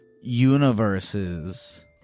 universes